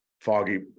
foggy